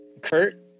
kurt